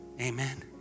Amen